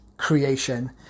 Creation